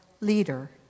leader